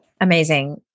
Amazing